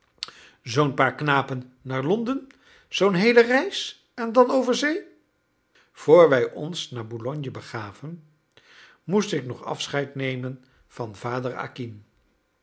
zoo'n paar knapen naar londen zoo'n heele reis en dan over zee vr wij ons naar boulogne begaven moest ik nog afscheid nemen van vader